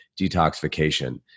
detoxification